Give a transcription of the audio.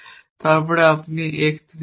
তারপর আপনি x 3 এ যান